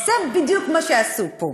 זה בדיוק מה שעשו פה.